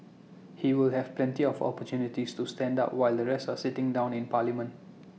he will have plenty of opportunities to stand up while the rest are sitting down in parliament